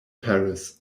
paris